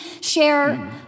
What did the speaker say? share